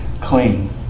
clean